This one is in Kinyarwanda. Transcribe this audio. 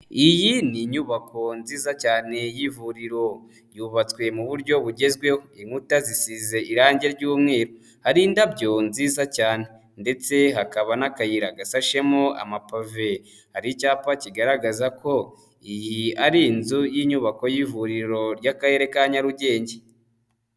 Iyi ni inyubako nziza cyane y'ivuriro yubatswe mu buryo bugezweho, inkuta zisize irange ry'umweru, hari indabyo nziza cyane ndetse hakaba n'akayira gasashemo amapave, hari icyapa kigaragaza ko iyi ari inzu y'inyubako y'ivuriro ry'Akarere ka Nyarugenge.